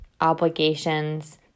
obligations